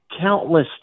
countless